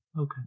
Okay